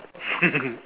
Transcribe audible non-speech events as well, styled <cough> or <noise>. <laughs>